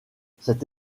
cette